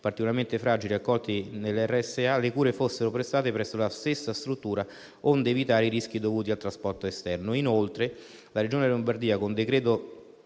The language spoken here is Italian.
particolarmente fragili accolti nelle RSA le cure fossero prestate presso la stessa struttura, onde evitare i rischi dovuti al trasporto esterno. Inoltre, la Regione Lombardia, con il decreto